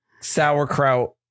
sauerkraut